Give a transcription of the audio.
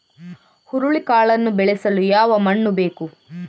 ಹುರುಳಿಕಾಳನ್ನು ಬೆಳೆಸಲು ಯಾವ ಮಣ್ಣು ಬೇಕು?